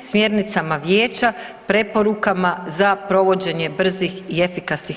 smjernicama Vijeća, preporukama za provođenje brzih i efikasnih